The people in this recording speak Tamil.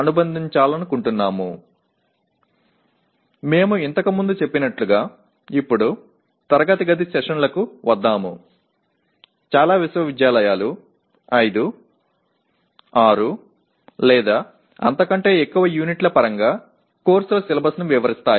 வகுப்பறை அமர்வுகள் நாம் முன்பு பார்த்தது போல் பல பல்கலைக்கழகங்கள் 5 6 அல்லது அதற்கு மேற்பட்ட அலகுகளின் அடிப்படையில் படிப்புகளின் பாடத்திட்டங்களை விவரிக்கின்றன